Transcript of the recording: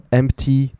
empty